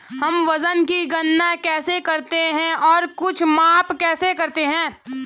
हम वजन की गणना कैसे करते हैं और कुछ माप कैसे करते हैं?